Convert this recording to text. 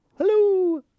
hello